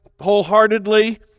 Wholeheartedly